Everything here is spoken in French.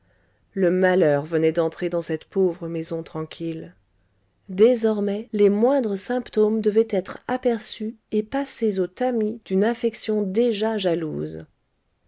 le malheur venait d'entrer dans cette pauvre maison tranquille désormais les moindres symptômes devaient être aperçus et passés au tamis d'une affection déjà jalouse